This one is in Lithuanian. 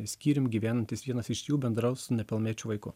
skyrium gyvenantis vienas iš jų bendraus su nepilnamečiu vaiku